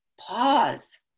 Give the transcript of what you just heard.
Pause